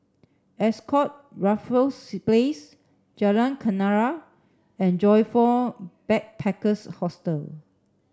Ascott Raffles Place Jalan Kenarah and Joyfor Backpackers' Hostel